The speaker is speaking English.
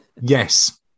Yes